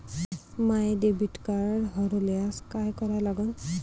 माय debit card हरोल्यास काय करा लागन?